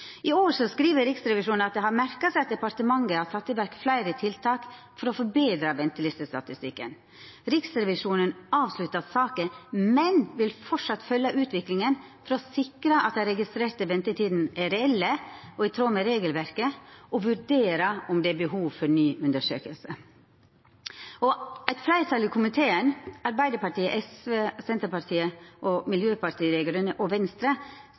I år skriv Riksrevisjonen at dei har merka seg at departementet har sett i verk fleire tiltak for å betra ventelistestatistikken. Riksrevisjonen avsluttar saka, men vil framleis følgja utviklinga for å sikra at dei registrerte ventetidene er reelle og i tråd med regelverket – og vurdera om det er behov for ny undersøking. Eit fleirtal i komiteen – Arbeidarpartiet, Senterpartiet, SV, Miljøpartiet Dei Grøne og Venstre